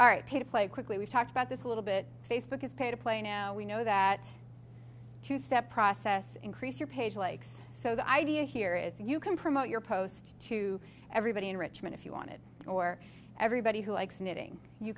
all right pay to play quickly we talked about this a little bit facebook is pay to play now we know that two step process increase your page likes so the idea here is you can promote your post to everybody enrichment if you want it or everybody who likes knitting you